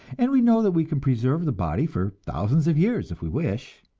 and we know that we can preserve the body for thousands of years if we wish.